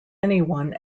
anyone